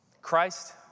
Christ